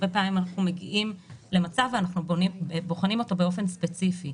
הרבה פעמים אנחנו מגיעים למצב ואנחנו בוחנים אותו באופן ספציפי,